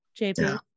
JP